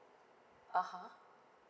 uh (huh)